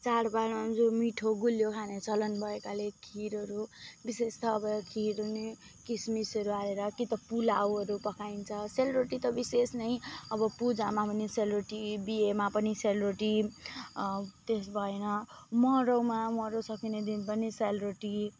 चाडबाड अनि जो मिठो गुलियो खाने चलन भएकाले खिरहरू विशेष त अब खिर हुने किसमिसहरू हालेर कि त पुलाउहरू पकाइन्छ सेलरोटी त विशेष नै अब पूजामा पनि सेलरोटी बिहेमा पनि सेलरोटी त्यस भएन मराउमा मराउ सकिने दिन पनि सेलरोटी